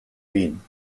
wien